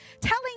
telling